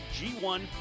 G1